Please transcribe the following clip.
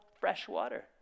Freshwater